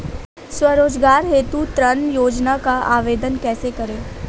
स्वरोजगार हेतु ऋण योजना का आवेदन कैसे करें?